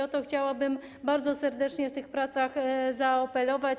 O to chciałabym bardzo serdecznie w tych pracach zaapelować.